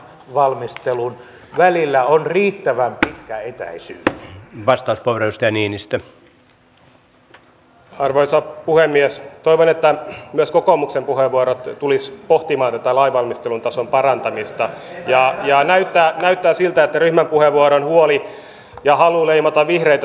minä itse toin esille ja tuon esille sen että maatiloille voisivat mennä ensin harjoittelemaan koska siinä vaiheessa olisi ensin tätä kieliopiskelua sen työn ohessa ja muutenkin maan tapojen opiskelua ja tämmöistä